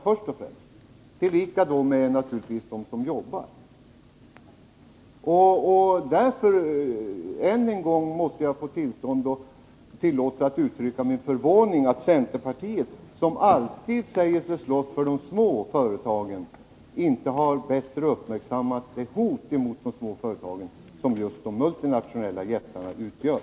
Detta gäller naturligtvis också dem som arbetar i dessa företag. Än en gång vill jag därför uttrycka min förvåning över att centerpartiet, som alltid säger sig slåss för de små företagen, inte bättre har uppmärksammat det hot mot de små företagen som just de internationella jättarna utgör.